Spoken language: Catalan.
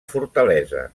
fortalesa